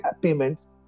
payments